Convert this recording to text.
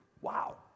Wow